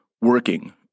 working